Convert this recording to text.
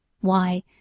Why